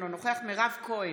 אינו נוכח מירב כהן,